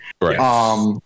Right